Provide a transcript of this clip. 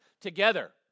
together